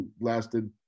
lasted